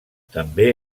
també